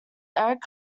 eric